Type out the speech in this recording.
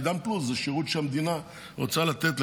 עידן פלוס זה שירות שהמדינה רוצה לתת,